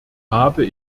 habe